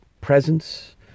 Presence